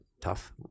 Tough